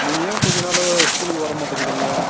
நீங்கள் ஏன் கொஞ்சம் நாளாக ஸ்கூலுக்கு வர மாட்டேங்கிறீங்க